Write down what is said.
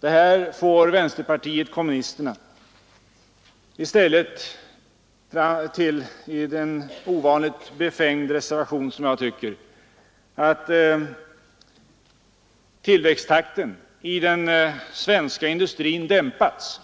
Detta får vänsterpartiet kommunisterna i en som jag tycker ovanligt befängd reservation till att tillväxttakten i den svenska industrin i stället har dämpats.